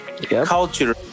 culture